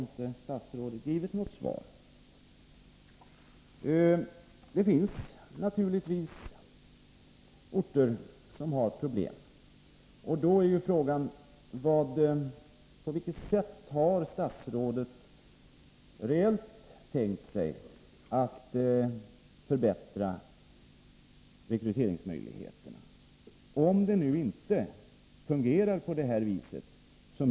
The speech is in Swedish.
Det finns naturligtvis orter som har problem, och då är frågeställningen: På vilket sätt har statsrådet tänkt sig att reellt förbättra rekryteringsmöjligheterna, om det nu inte fungerar som det är?